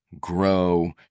grow